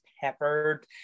peppered